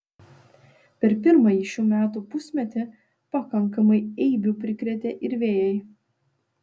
per pirmąjį šių metų pusmetį pakankamai eibių prikrėtė ir vėjai